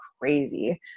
crazy